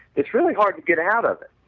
it's really hard to get out of it.